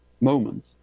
moment